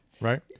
right